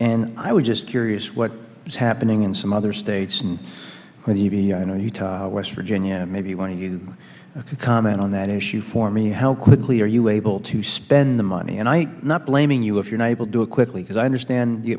and i was just curious what is happening in some other states and i know you talk west virginia maybe want you to comment on that issue for me how quickly are you able to spend the money and i not blaming you if you're not able to do it quickly because i understand